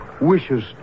wishes